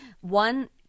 one